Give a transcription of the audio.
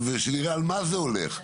ושנראה על מה זה הולך.